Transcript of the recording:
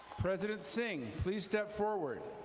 president singh, please step forward,